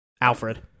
Alfred